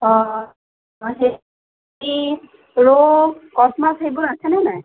অ' হেৰি ৰৌ কচমাছ সেইবোৰ আছেনে নাই